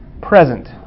present